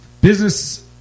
business